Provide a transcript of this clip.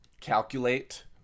calculate